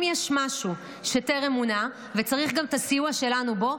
אם יש מישהו שטרם מונה וצריך גם את הסיוע שלנו בו,